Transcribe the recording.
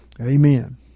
Amen